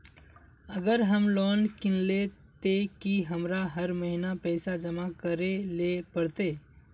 अगर हम लोन किनले ते की हमरा हर महीना पैसा जमा करे ले पड़ते?